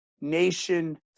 Nation